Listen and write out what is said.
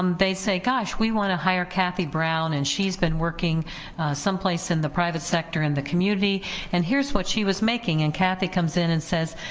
um they say, gosh, we wanna hire kathy brown and she's been working someplace in the private sector in the community and here's what she was making. and kathy comes in and says,